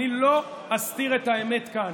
אני לא אסתיר את האמת כאן,